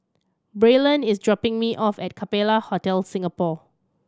Braylen is dropping me off at Capella Hotel Singapore